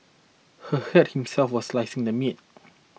he hurt himself while slicing the meat